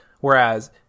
Whereas